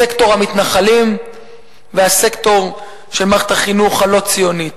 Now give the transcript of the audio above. סקטור המתנחלים והסקטור של מערכת החינוך הלא-ציונית.